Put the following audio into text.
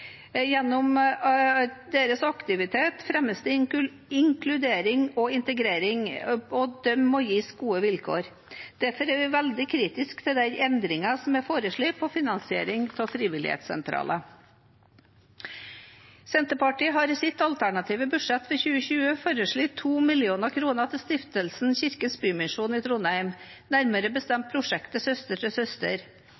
Gjennom deres aktivitet fremmes inkludering og integrering, og de må gis gode vilkår. Derfor er vi veldig kritisk til den endringen som er foreslått på finansiering av frivillighetssentraler. Senterpartiet har i sitt alternative budsjett for 2020 foreslått 2 mill. kr til stiftelsen Kirkens Bymisjon i Trondheim, nærmere